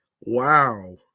Wow